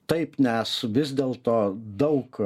taip nes vis dėlto daug